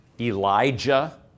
Elijah